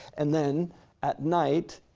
and then at night,